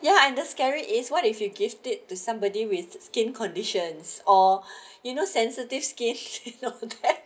ya and just scary is what if you give it to somebody with skin conditions or you know sensitive skin you know that